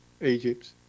Egypt